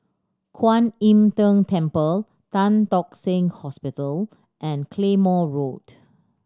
Kwan Im Tng Temple Tan Tock Seng Hospital and Claymore Road